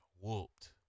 whooped